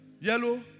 yellow